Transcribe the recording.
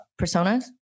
personas